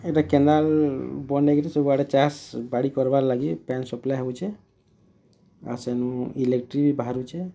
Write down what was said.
ଏଇଟା କେନାଲ୍ ବନେଇ କିରି ସବୁଆଡ଼େ ଚାଷ୍ ବାଡ଼ି କର୍ବାର୍ ଲାଗି ପାନ୍ ସପ୍ଲାଏ ହଉଛେ ଆଉ ସେନୁ ଇଲେକ୍ଟ୍ରି ବାହାରୁଛେ